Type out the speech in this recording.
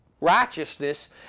righteousness